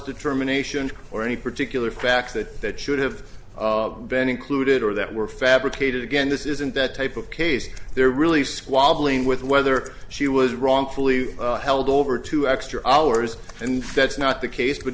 determination or any particular facts that that should have been included or that were fabricated again this isn't that type of case they're really squabbling with whether she was wrongfully held over two extra hours and that's not the case but